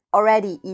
Already